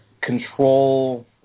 control